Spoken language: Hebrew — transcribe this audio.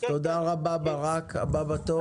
תודה רבה ברק, הבא בתור.